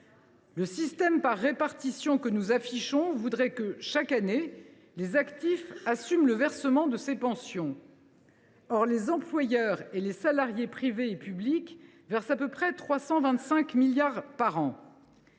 Le système par répartition que nous affichons voudrait que, chaque année, les actifs assument le versement de ces pensions. « Or les employeurs et les salariés privés et publics versent à peu près 325 milliards par an.